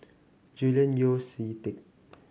Julian Yeo See Teck